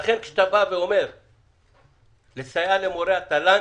לכן כשאתה אומר לסייע למורי התל"ן,